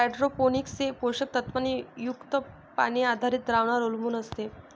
hydroponics हे पोषक तत्वांनी युक्त पाणी आधारित द्रावणांवर अवलंबून असते